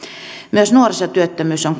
myös nuorisotyöttömyys on